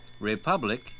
Republic